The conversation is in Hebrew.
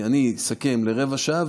אני אסכם רבע שעה,